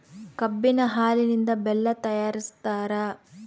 ಕಬ್ಬಿನ ಹಾಲಿನಿಂದ ಬೆಲ್ಲ ತಯಾರಿಸ್ತಾರ